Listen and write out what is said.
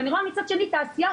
ואני רואה מצד שני תעשייה,